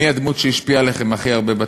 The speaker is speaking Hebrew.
מי הדמות שהכי השפיעה עליכם בתיכון?